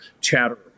chatter